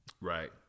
Right